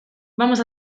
vamos